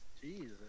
Jesus